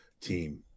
team